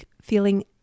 feeling